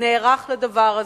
נערך לדבר הזה.